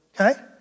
okay